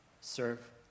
serve